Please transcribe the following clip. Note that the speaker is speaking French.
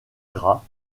gras